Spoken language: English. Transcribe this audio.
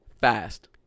Fast